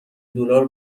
دلار